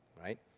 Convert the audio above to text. right